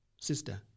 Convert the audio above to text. sister